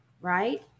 right